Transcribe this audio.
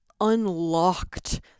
unlocked